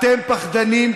אתם פחדנים,